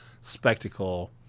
spectacle